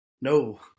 No